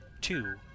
two